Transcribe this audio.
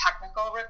technical